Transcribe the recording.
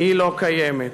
לא קיימת.